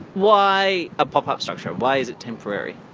why a pop-up structure, why is it temporary?